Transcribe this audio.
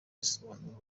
risobanura